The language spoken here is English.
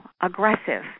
aggressive